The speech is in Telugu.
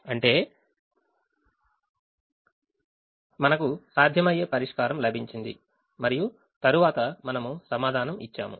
అంటే మనకు సాధ్యమయ్యే పరిష్కారం లభించింది మరియు తరువాత మనము సమాధానం ఇచ్చాము